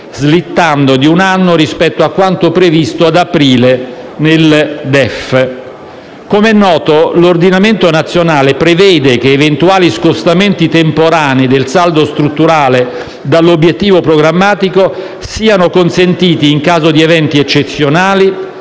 slittando di un anno rispetto a quanto previsto ad aprile nel DEF. Com'è noto, l'ordinamento nazionale prevede che eventuali scostamenti temporanei del saldo strutturale dall'obiettivo programmatico siano consentiti in caso di eventi eccezionali